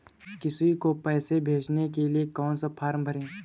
किसी को पैसे भेजने के लिए कौन सा फॉर्म भरें?